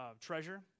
treasure